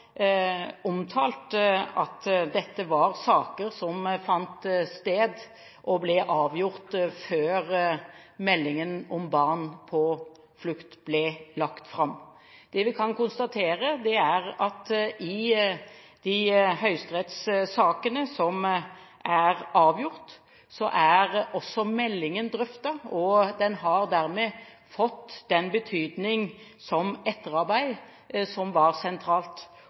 omtalt at dette var saker som fant sted og ble avgjort før meldingen om barn på flukt ble lagt fram. Det vi kan konstatere, er at i de høyesterettssakene som er avgjort, er også meldingen drøftet, og den har dermed fått den betydning som etterarbeid som var sentralt.